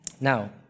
Now